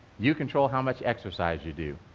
you control how much exercise you do,